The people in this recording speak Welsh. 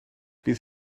bydd